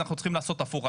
אנחנו צריכים לעשות הפוך.